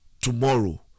tomorrow